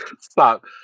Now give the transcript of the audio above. stop